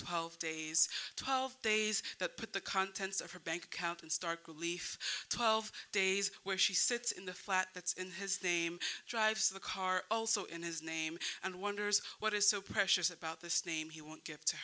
two days twelve days that put the contents of her bank account in stark relief twelve days where she sits in the flat that's in his name drives the car also in his name and wonders what is so precious about this name he won't give to